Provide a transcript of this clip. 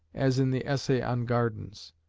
as in the essay on gardens,